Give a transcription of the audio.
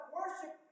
worship